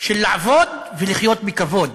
של לעבוד ולחיות בכבוד,